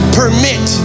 permit